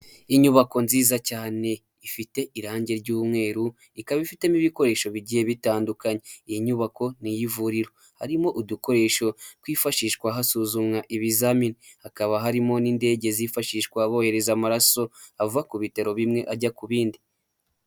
Inyubako nziza cyane ifite irangi ry'umweru, ikaba ifitemo ibikoresho bigiye bitandukanye. Iyi nyubako ni iy'ivuriro. Harimo udukoresho twifashishwa hasuzumwa ibizamini, hakaba harimo n'indege zifashishwa bohereza amaraso ava ku bitaro bimwe ajya ku bindi.